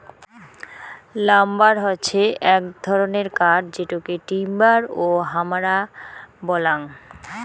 lumber হসে এক ধরণের কাঠ যেটোকে টিম্বার ও হামরা বলাঙ্গ